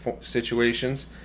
situations